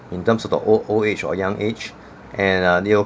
in terms of the old old age or young age and uh